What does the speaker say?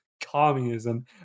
communism